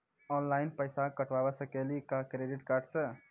Online पैसा कटवा सकेली का क्रेडिट कार्ड सा?